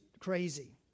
crazy